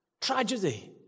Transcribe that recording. Tragedy